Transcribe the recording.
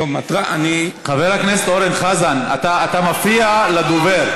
חבר הכנסת אורן חזן, אתה מפריע לדובר.